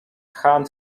hunt